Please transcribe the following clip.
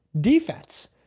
defense